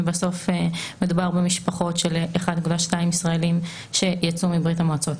ובסוף מדובר במשפחות של 1.2 ישראלים שיצאו מברית המועצות.